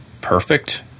perfect